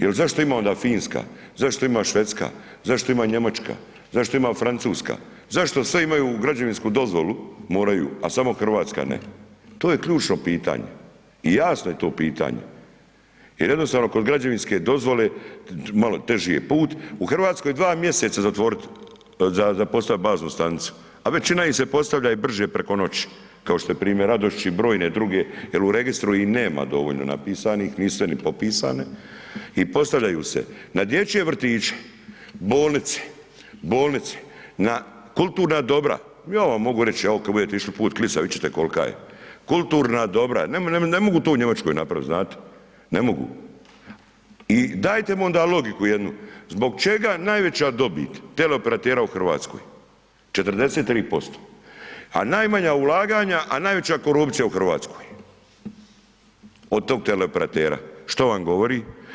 Jel zašto ima onda Finska, zašto ima Švedska, zašto ima Njemačka, zašto ima Francuska, zašto sve imaju građevinsku dozvolu moraju, a samo RH ne, to je ključno pitanje i jasno je to pitanje jer jednostavno kod građevinske dozvole malo teži je put, u RH dva mjeseca za postavit baznu stanicu, a većina ih se postavlja i brže preko noći kao što je primjer Radošić i brojne druge jel u registru ih nema dovoljno napisanih, nisu sve ni popisane i postavljaju se na dječje vrtiće, bolnice, bolnice, na kulturna dobra, ja vam mogu reći evo kad budete išli put Klisa vidjet ćete kolka je, kulturna dobra, ne mogu to u Njemačkoj napravit, znate, ne mogu i dajte mu onda logiku jednu zbog čega najveća dobit teleoperatera u RH 43%, a najmanja ulaganja, a najveća korupcija u RH od tog teleoperatera, što vam govori?